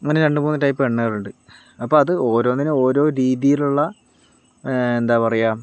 അങ്ങനെ രണ്ടുമൂന്നു ടൈപ്പ് എണ്ണകളുണ്ട് അപ്പോൾ അത് ഓരോന്നിനും ഓരോ രീതിയിലുള്ള എന്താ പറയുക